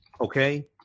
okay